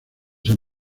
san